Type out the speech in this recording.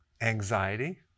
anxiety